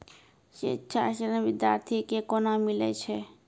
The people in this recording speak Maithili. शिक्षा ऋण बिद्यार्थी के कोना मिलै छै?